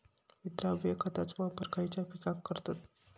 विद्राव्य खताचो वापर खयच्या पिकांका करतत?